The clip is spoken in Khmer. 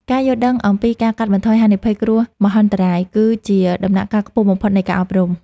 ការយល់ដឹងអំពីការកាត់បន្ថយហានិភ័យគ្រោះមហន្តរាយ គឺជាដំណាក់កាលខ្ពស់បំផុតនៃការអប់រំ។